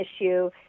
issue